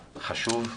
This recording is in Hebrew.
חשוב,